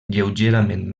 lleugerament